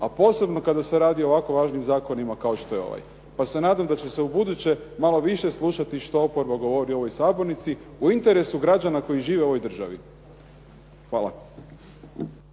A posebno kada se radi o ovako važnim zakonima kao što je ovaj. Pa se nadam da će se ubuduće malo više slušati što oporba govori u ovoj sabornici u interesu građana koji žive u ovoj državi. Hvala.